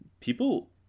people